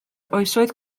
oesoedd